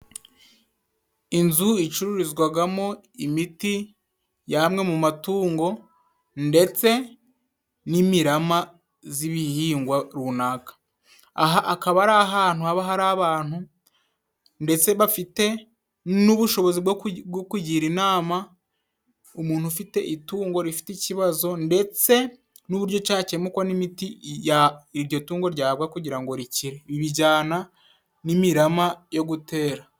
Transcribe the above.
inzu icururizwamo imiti y'amwe mu matungo, ndetse n'imirama y'ibihingwa runaka. Aha akaba ari ahantu haba hari abantu ndetse bafite n'ubushobozi bwo kugira inama umuntu ufite itungo rifite ikibazo, ndetse n'uburyo cyakemurwa n'imiti iryo tungo ryahabwa, kugira ngo rikire. Bijyana n'imirama yo gutera.